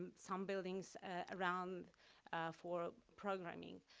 some buildings around for programming.